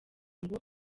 ngo